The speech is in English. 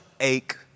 ache